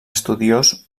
estudiós